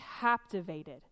captivated